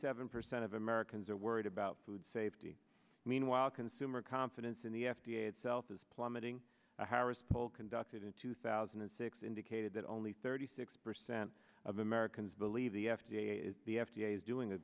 seven percent of americans are worried about food safety meanwhile consumer confidence in the f d a itself is plummeting a harris poll conducted in two thousand and six indicated that only thirty six percent of americans believe the f d a is the f d a is doing a